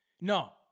No